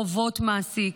חובות מעסיק,